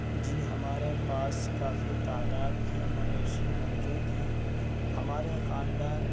جی ہمارے پاس کافی تعداد ہیں مویشی موجود ہیں ہمارے خاندان